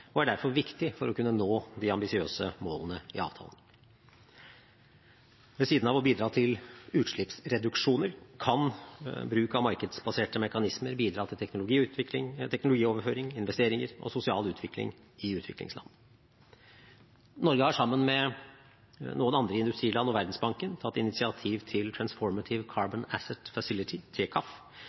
og er derfor viktig for å kunne nå de ambisiøse målene i avtalen. Ved siden av å bidra til utslippsreduksjoner kan bruk av markedsbaserte mekanismer bidra til teknologioverføring, investeringer og sosial utvikling i utviklingsland. Norge har, sammen med noen andre industriland og Verdensbanken, tatt initiativ til Transformative Carbon Asset Facility,